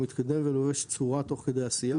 הוא מתקדם ולובש צורה תוך כדי עשייה,